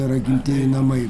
yra gimtieji namai